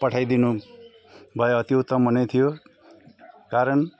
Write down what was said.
पठाइदिनु भए अति उत्तम हुने थियो कारण